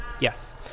Yes